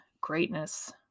greatness